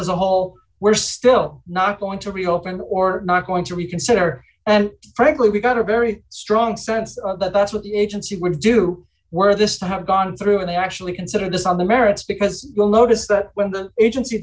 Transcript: as a whole we're still not going to reopen or not going to reconsider and frankly we've got a very strong sense that that's what the agency would do were this to have gone through and they actually consider this on the merits because you'll notice that when the agency